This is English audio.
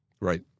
Right